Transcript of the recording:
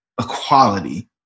equality